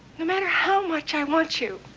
no matter how much i want you.